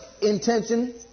intention